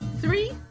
three